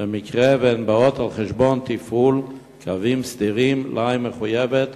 במקרה שהן באות על חשבון תפעול קווים סדירים שלהם היא מחויבת